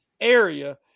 area